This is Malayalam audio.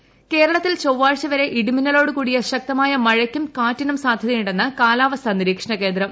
കാലാവസ്ഥ കേരളത്തിൽ ചൊവ്വാഴ്ച വരെ ഇടിമിന്നലോടു കൂടിയ ശക്തമായ മഴയ്ക്കും കാറ്റിനും സാധൃതയുണ്ടെന്ന് കാലാവസ്ഥ നിരീക്ഷണകേന്ദ്രം